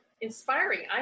inspiring